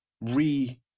re-